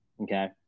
okay